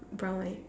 brown right